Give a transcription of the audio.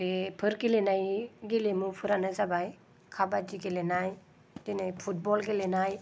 बेफोर गेलेनाय गेलेमुफोरानो जाबाय खाबाद्दि गेलेनाय दिनै फुटबल गेलेनाय